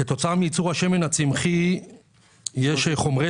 כתוצאה מייצור השמן הצמחי יש חומרי